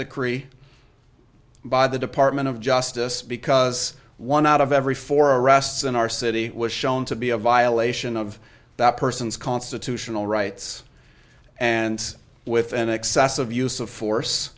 decree by the department of justice because one out of every four arrests in our city was shown to be a violation of that person's constitutional rights and with an excessive use of force